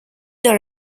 dans